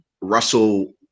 Russell